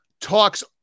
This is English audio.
talks